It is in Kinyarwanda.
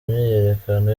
myiyerekano